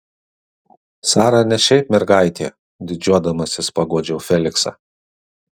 sara ne šiaip mergaitė didžiuodamasis paguodžiau feliksą